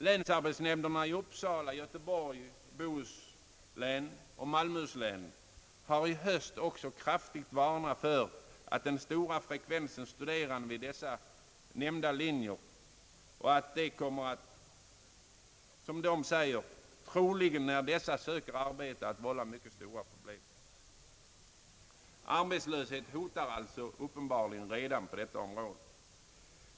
Länsarbetsnämnderna i Uppsala, i Göteborgs och Bohus län samt i Malmöhus län har också i höst kraftigt varnat för att den stora frekvensen studerande i dessa linjer kommer att vålla mycket stora problem, när de söker arbete. Arbetslöshet hotar alltså uppenbarligen redan på detta område.